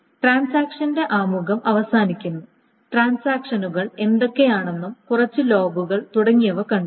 ട്രാൻസാക്ഷന്റെ ആമുഖം അവസാനിക്കുന്നു ട്രാൻസാക്ഷനുകൾ എന്തൊക്കെയാണെന്നും കുറച്ച് ലോഗുകൾ തുടങ്ങിയവ കണ്ടു